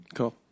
Cool